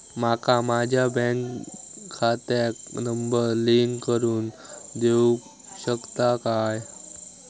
माका माझ्या बँक खात्याक नंबर लिंक करून देऊ शकता काय?